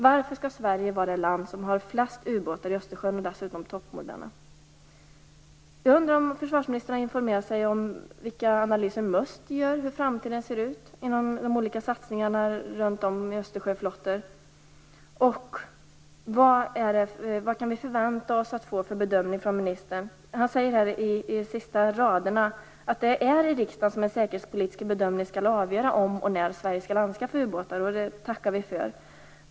Varför skall Sverige vara det land som har flest ubåtar, dessutom toppmoderna, i Östersjön? Har försvarsministern informerat sig om vilka analyser MUST gör av hur framtiden ser ut när det gäller de olika satsningarna runt om i Östersjöflottor? I slutet av sitt svar säger försvarsministern att det är i riksdagen som en säkerhetspolitisk bedömning skall avgöra om och när Sverige skall anskaffa ubåtar. Det tackar vi för.